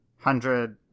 hundred